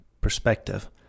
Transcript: perspective